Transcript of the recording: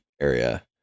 area